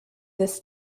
this